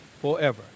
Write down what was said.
forever